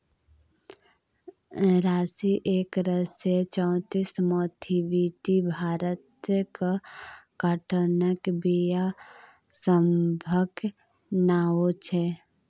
राशी एक सय चौंतीस, मोथीबीटी भारतक काँटनक बीया सभक नाओ छै